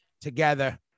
together